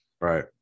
Right